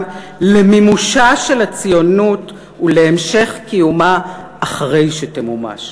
למימושה של הציונות ולהמשך קיומה אחרי שתמומש.